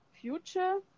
future